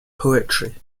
poetry